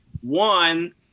One